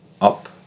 up